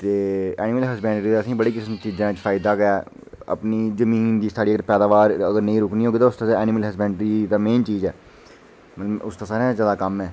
ते animal husbandry दा असेंगी बड़ियां किसम दी चीजां दा फायदा गै अपनी जमीन दी साढ़ी पैदावार नेईं रुकनी होऐ ते एनिमल हैसवैंडरी ते मेन चीज ऐ उसदा सा ज्यादा कम्म ऐ